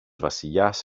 βασιλιάς